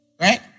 Right